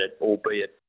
albeit